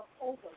over